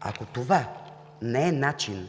Ако това е начин